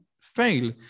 fail